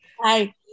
Hi